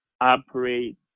operate